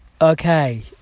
Okay